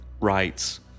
writes